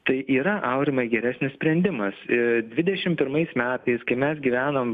tai yra aurimai geresnis sprendimas ir dvidešimt pirmais metais kai mes gyvenom